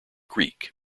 greek